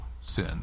sin